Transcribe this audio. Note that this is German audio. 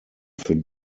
für